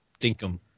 Dinkum